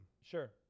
Sure